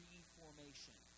Reformation